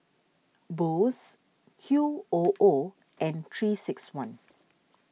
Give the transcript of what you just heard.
Bose Q O O and three six one